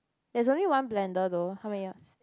there's only one blender though how many yours